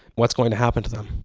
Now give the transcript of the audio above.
what's going to happen to them?